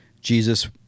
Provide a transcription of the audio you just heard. Jesus